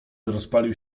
rozpalił